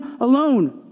alone